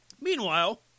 Meanwhile